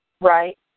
right